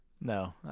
no